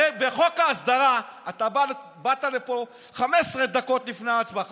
הרי בחוק ההסדרה אתה באת לפה 15 דקות לפני ההצבעה,